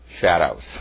shadows